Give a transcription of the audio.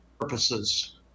purposes